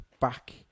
back